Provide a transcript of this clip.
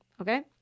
Okay